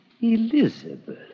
Elizabeth